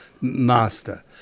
Master